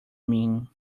mean